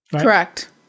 Correct